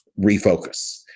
refocus